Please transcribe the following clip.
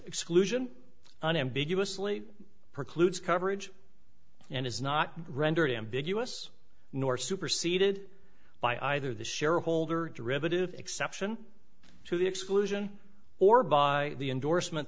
exclusion unambiguously precludes coverage and is not rendered ambiguous nor superceded by either the shareholder derivative exception to the exclusion or by the endorsement